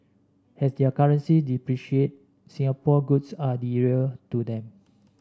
as their currencies depreciate Singapore goods are dearer to them